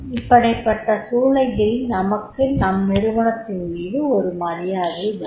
இப்படிப்பட்ட சூழ்நிலையில் நமக்கு நம் நிறுவனத்தின்மீது ஒரு மரியாதை வரும்